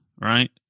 right